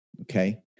Okay